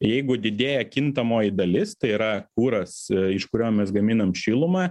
jeigu didėja kintamoji dalis tai yra kuras iš kurio mes gaminam šilumą